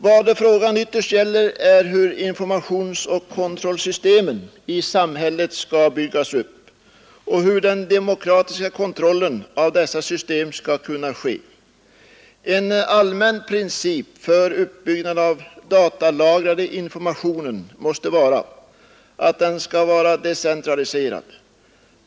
Vad frågan ytterst gäller är hur informationsoch kontrollsystemen i samhället skall byggas upp och hur den demokratiska kontrollen av dessa system skall kunna utövas. En allmän princip för uppbyggnaden av den datalagrade informationen måste vara att den skall vara decentraliserad.